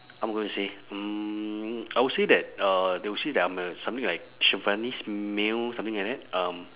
I'm going to say mm I would say that uh they would say that I'm a something like chauvinist male something like that um